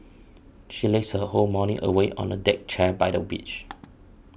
she lazed her whole morning away on a deck chair by the beach